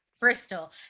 bristol